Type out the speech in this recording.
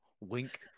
Wink